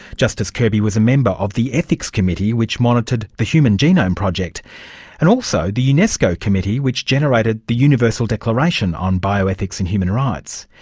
justice kirby was a member of the ethics committee which monitored the human genome project and also the unesco committee which generated the universal declaration on bioethics and human rights.